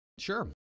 Sure